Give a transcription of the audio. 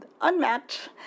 unmatched